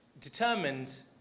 determined